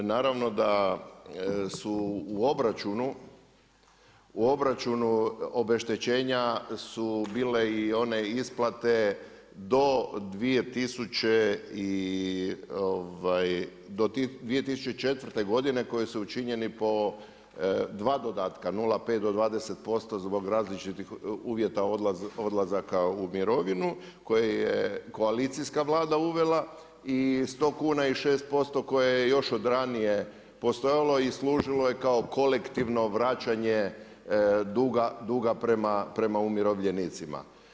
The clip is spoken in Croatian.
Naravno da su u obračunu obeštećenja su bile i one isplate do 2004. godine koje su učinjeni po dva dodatka 0,5 do 20% zbog različitih uvjeta odlazaka u mirovinu koje je koalicijska Vlada uvela i sto kuna i 6% koje je još od ranije postojalo i služilo je kao kolektivno vraćanje duga prema umirovljenicima.